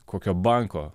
kokio banko